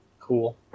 Cool